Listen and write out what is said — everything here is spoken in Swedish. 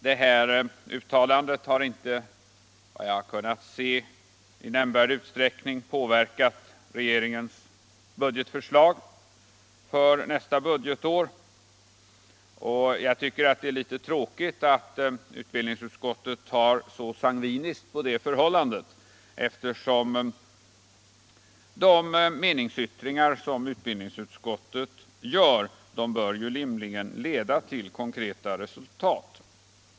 Detta uttalande har efter vad jag kunnat se inte i nämnvärd utsträckning påverkat regeringens budgetförslag för nästa budgetår, och jag tycker det är litet tråkigt att utbildningsutskottet har sett så sangviniskt på det förhållandet, eftersom de meningsyttringar som utbildningsutskottet gör rimligen bör leda till konkreta resultat.